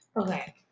Okay